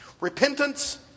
Repentance